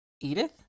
Edith